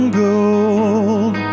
gold